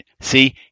See